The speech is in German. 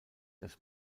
das